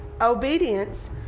obedience